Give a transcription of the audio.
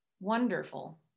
Wonderful